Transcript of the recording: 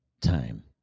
time